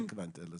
ניתן לך להתייחס,